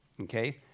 Okay